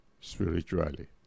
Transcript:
spiritually